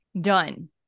done